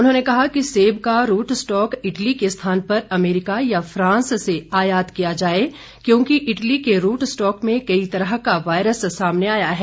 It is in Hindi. उन्होंने सेब का रूट स्टॉक इटली के स्थान पर अमेरिका या फ्रांस से आयात किया जाए क्योंकि इटली के रूट स्टॉक में कई तरह का वायरस सामने आया है